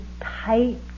tight